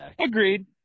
Agreed